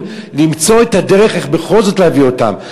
למצוא את הדרך איך בכל זאת להביא אותם.